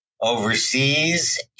overseas